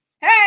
hey